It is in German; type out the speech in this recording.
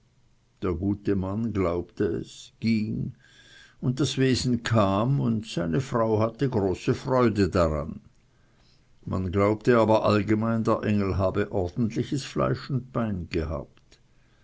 der gute mann glaubte es ging und das wesen kam und seine frau hatte große freude daran man glaubt aber allgemein der engel habe ordentliches fleisch und bein gehabt